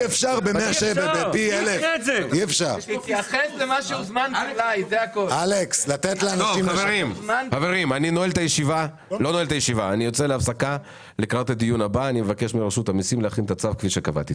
בפי 1,000. אני מבקש מרשות המסים להכין את הצו כפי שקבעתי.